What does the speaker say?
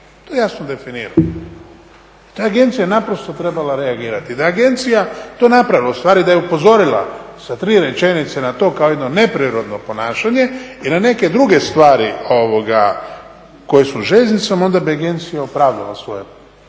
To je jasno definirano i ta je agencija naprosto trebala reagirati. Da je agencija to napravila, u stvari da je upozorila sa tri rečenice na to kao jedno neprirodno ponašanje i na neke druge stvari koje su željeznicom onda bi agencija opravdala svoje postojanje